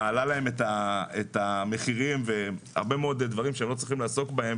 ומעלה את המחירים והם עוסקים בהרבה מאוד דברים בהם הם לא צריכים לעסוק,